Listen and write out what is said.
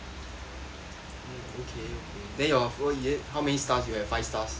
oh okay okay then your how many stars you have five stars